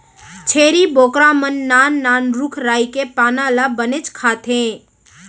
छेरी बोकरा मन नान नान रूख राई के पाना ल बनेच खाथें